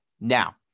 Now